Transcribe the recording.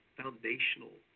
foundational